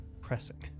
pressing